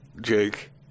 Jake